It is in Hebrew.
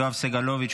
יואב סגלוביץ',